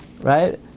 Right